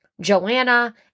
Joanna